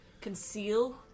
Conceal